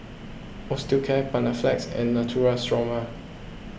Osteocare Panaflex and Natura Stoma